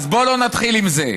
אז בוא לא נתחיל עם זה.